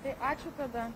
tai ačiū tada